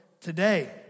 today